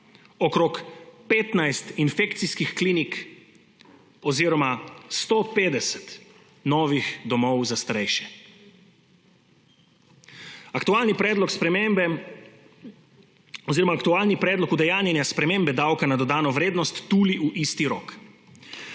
okoli 15 infekcijskih klinik oziroma 150 novih domov za starejše. Aktualni predlog spremembe oziroma aktualni predlog udejanja spremembe davka na dodano vrednost tuli v isti rok.